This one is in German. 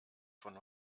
von